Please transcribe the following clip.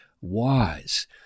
wise